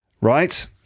right